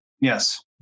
Yes